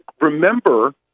remember